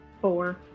Four